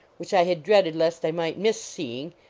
which i had dreaded lest i might miss see ing,